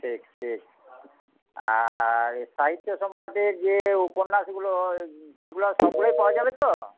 ঠিক ঠিক আর সাহিত্যসম্রাটের যে উপন্যাসগুলো সেগুলো সবগুলোই পাওয়া যাবে তো